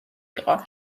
იყო